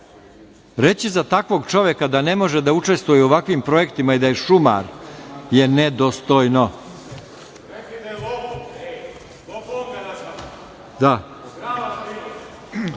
Reći za takvog čoveka da ne može da učestvuje u ovakvim projektima i da je šumar je nedostojno. Svi